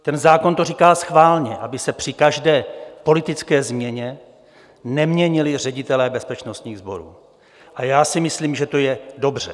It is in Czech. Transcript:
Ten zákon to říká schválně, aby se při každé politické změně neměnili ředitelé bezpečnostních sborů, a já si myslím, že to je dobře.